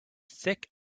thick